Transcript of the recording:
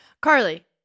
Carly